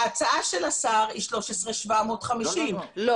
ההצעה של השר היא 13,750. לא,